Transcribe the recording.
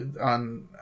on